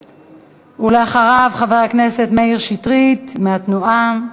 ואחריו, חבר הכנסת מאיר שטרית מהתנועה.